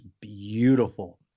beautiful